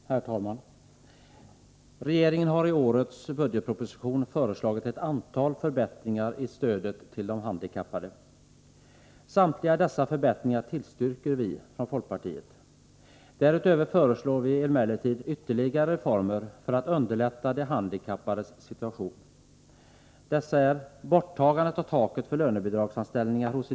Herr talman! Regeringen har i årets budgetproposition föreslagit ett antal förbättringar i stödet till de handikappade. Samtliga dessa förbättringar tillstyrker vi från folkpartiet. Därutöver föreslår vi emellertid ytterligare reformer för att underlätta de handikappades situation.